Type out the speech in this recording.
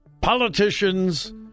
politicians